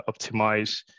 optimize